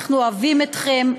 אנחנו אוהבים אתכם,